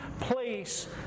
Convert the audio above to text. place